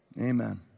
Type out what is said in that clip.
Amen